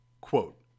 Quote